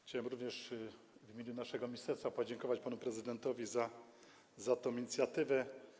Chciałem w imieniu naszego ministerstwa podziękować panu prezydentowi za tę inicjatywę.